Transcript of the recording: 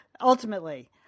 Ultimately